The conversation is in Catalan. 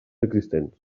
existents